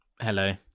Hello